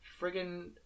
friggin